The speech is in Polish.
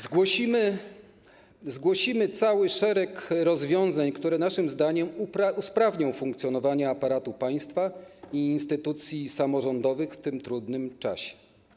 Zgłosimy cały szereg rozwiązań, które naszym zdaniem usprawnią funkcjonowanie aparatu państwa i instytucji samorządowych w tym trudnym czasie.